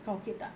kau okay tak